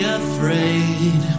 afraid